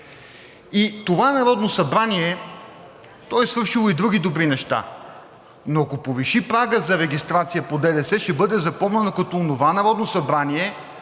Това Народно събрание е свършило и други добри неща, но ако повиши прага за регистрация по ДДС, ще бъде запомнено като онова Народно събрание,